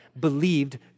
believed